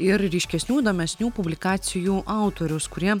ir ryškesnių įdomesnių publikacijų autorius kurie